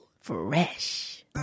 fresh